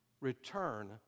Return